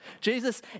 Jesus